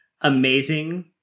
amazing